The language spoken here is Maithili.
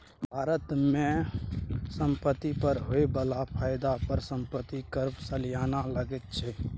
भारत मे संपत्ति पर होए बला फायदा पर संपत्ति कर सलियाना लगैत छै